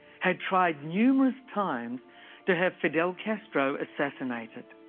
had tried numerous times to have fidel castro assassinated.